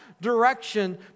direction